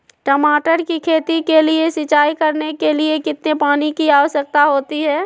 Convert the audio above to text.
टमाटर की खेती के लिए सिंचाई करने के लिए कितने पानी की आवश्यकता होती है?